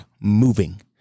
moving